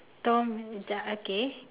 tom okay